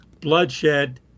bloodshed